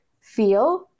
feel